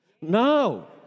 No